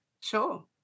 Sure